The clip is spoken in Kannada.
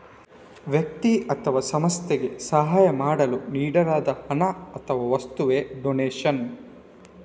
ವ್ಯಕ್ತಿ ಅಥವಾ ಸಂಸ್ಥೆಗೆ ಸಹಾಯ ಮಾಡಲು ನೀಡಲಾದ ಹಣ ಅಥವಾ ವಸ್ತುವವೇ ಡೊನೇಷನ್